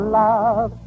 love